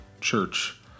church